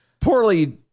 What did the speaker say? poorly